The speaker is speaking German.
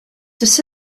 das